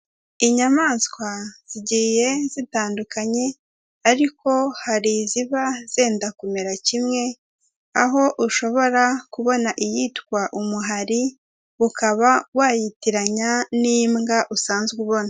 Inyamaswa zigiye zitandukanye ariko hari iziba zenda kumera kimwe, aho ushobora kubona iyitwa umuhari ukaba wayitiranya n'imbwa usanzwe ubona.